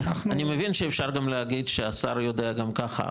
אני מבין שאפשר גם להגיד שהשר יודע גם ככה,